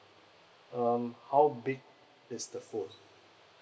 um how big is the phone